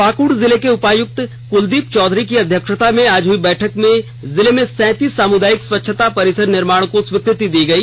पाकड जिले के उपायक्त कलदीप चौधरी की अध्यक्षता में आज हई बैठक में जिले में सैतीस सामुदायिक स्वच्छता परिसर निर्माण की स्वीकृति दी गयी